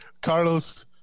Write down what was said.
carlos